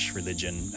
religion